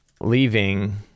leaving